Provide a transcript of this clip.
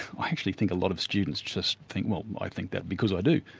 i actually think a lot of students just think, well i think that because i do,